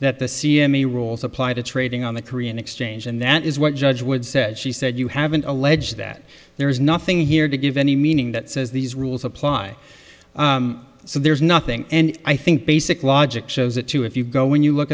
that the c m a rules apply to trading on the korean exchange and that is what judge wood said she said you haven't allege that there is nothing here to give any meaning that says these rules apply so there's nothing and i think basic logic shows it too if you go when you look